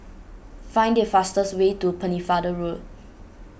find the fastest way to Pennefather Road